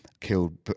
killed